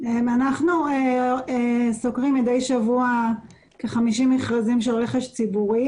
אנחנו סוקרים מדי שבוע כ-50 מכרזים של רכש ציבורי